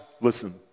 listen